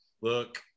look